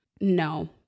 No